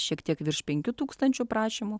šiek tiek virš penkių tūkstančių prašymų